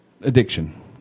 addiction